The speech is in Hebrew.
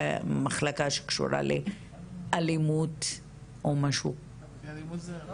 מחלקה שקשורה לאלימות או משהו כזה?